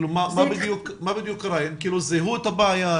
כלומר, הם זיהו את הבעיה?